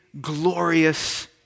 glorious